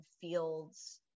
fields